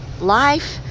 life